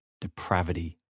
depravity